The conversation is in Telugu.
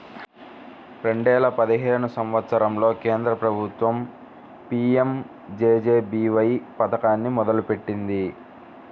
రెండేల పదిహేను సంవత్సరంలో కేంద్ర ప్రభుత్వం పీయంజేజేబీవై పథకాన్ని మొదలుపెట్టింది